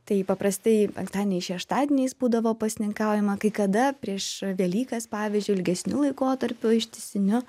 tai paprastai penktadieniais šeštadieniais būdavo pasninkaujama kai kada prieš velykas pavyzdžiui ilgesniu laikotarpiu ištisiniu